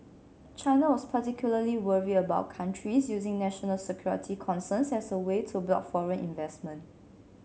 China was particularly worried about countries using national security concerns as a way to block foreign investment